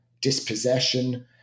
dispossession